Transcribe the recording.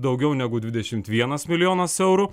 daugiau negu dvidešimt vienas milijonas eurų